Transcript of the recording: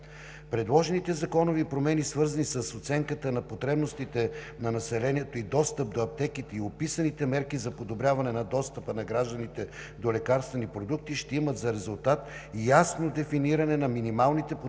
Предложените законови промени, свързани с оценката на потребностите на населението от достъп до аптеките и описаните мерки за подобряване на достъпа на гражданите до лекарствени продукти, ще имат за резултат ясно дефиниране на минималните потребности